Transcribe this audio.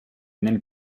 nel